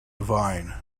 divine